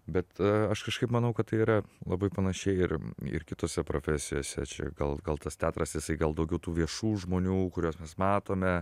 bet aš kažkaip manau kad tai yra labai panašiai ir ir kitose profesijose čia gal kaltas teatras jisai gal daugiau tų viešų žmonių kuriuos mes matome